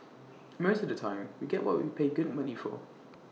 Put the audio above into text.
most of the time we get what we pay good money for